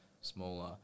smaller